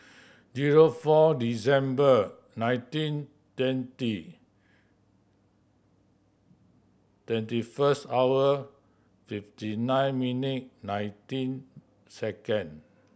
zero four December nineteen twenty twenty first hour fifty nine minute nineteen second